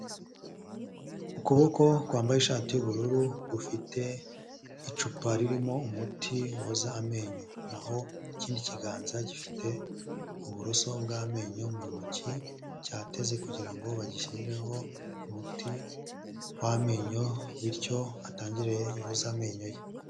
Ukuboko kwambaye ishati y'ubururu gufite icupa ririmo umuti woza amenyo, naho ikindi kiganza gifite uburoso bw'amenyo mu ntoki cyateze kugira ngo bagishyirireho umuti w'amenyo bityo atangire yoza amenyo ye.